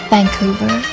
Vancouver